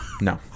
No